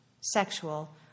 sexual